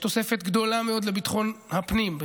יש תוספת גדולה מאוד לביטחון הפנים,